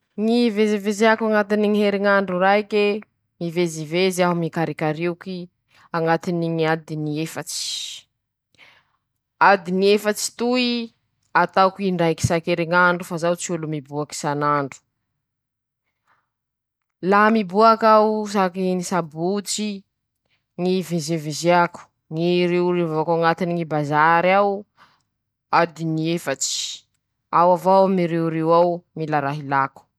Roe ñy isany nama anañako mariny ahy: -ñy taon-drozy roe :ñy raike fito amby dimampolo ñy taony, ñy raiky faharoe efatsy amby roapolo tao ;zay aby ñy taon-drozy roe zay.